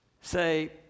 say